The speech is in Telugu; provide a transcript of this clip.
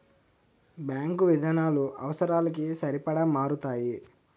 బ్యాంకు విధానాలు అవసరాలకి సరిపడా మారతాయి